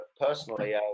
personally